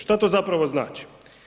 Što to zapravo znači?